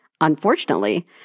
Unfortunately